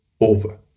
over